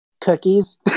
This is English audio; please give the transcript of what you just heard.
Cookies